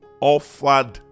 offered